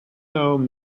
though